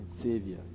Savior